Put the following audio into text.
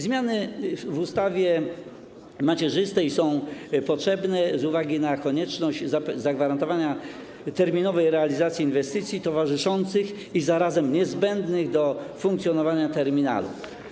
Zmiany w ustawie macierzystej są potrzebne z uwagi na konieczność zagwarantowania terminowej realizacji inwestycji towarzyszących i zarazem niezbędnych do funkcjonowania terminalu.